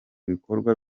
bikorwa